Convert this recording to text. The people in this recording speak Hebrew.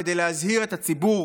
כדי להזהיר את הציבור